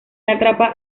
atrapa